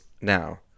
now